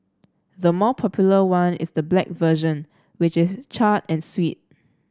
the more popular one is the black version which is charred and sweet